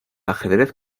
ajedrez